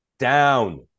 Down